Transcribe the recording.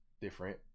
different